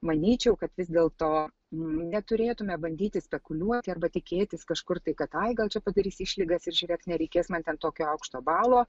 manyčiau kad vis dėl to neturėtume bandyti spekuliuoti arba tikėtis kažkur tai kad ai gal čia padarys išlygas ir žiūrėk nereikės man ten tokio aukšto balo